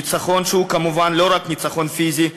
ניצחון שהוא כמובן לא רק ניצחון פיזי,